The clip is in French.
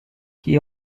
qui